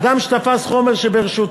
אדם שנתפס חומר שברשותו,